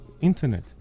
internet